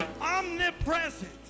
omnipresent